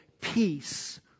peace